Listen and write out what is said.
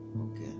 Okay